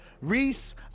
Reese